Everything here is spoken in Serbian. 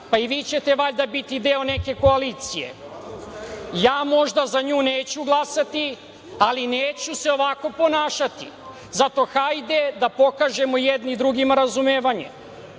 pa i vi ćete valjda biti deo neke koalicije. Ja možda za nju neću glasati, ali neću se ovako ponašati. Zato, hajde da pokažemo jedni drugima razumevanje. Napali